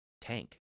tank